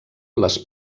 les